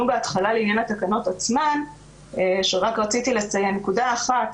בהתחלה לעניין התקנות עצמן שרק רציתי לציין: נקודה אחת